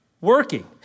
working